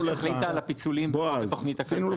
שהחליטה על הפיצולים בכל התכנית הכלכלית.